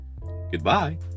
Goodbye